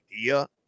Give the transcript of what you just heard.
idea